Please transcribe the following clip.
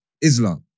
Islam